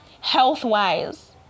health-wise